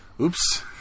Oops